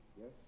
Yes